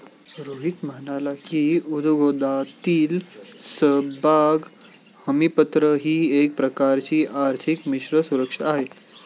रोहित म्हणाला की, उद्योगातील समभाग हमीपत्र ही एक प्रकारची आर्थिक मिश्र सुरक्षा आहे